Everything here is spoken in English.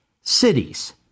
cities